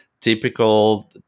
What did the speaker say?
typical